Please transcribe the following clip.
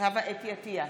חוה אתי עטייה,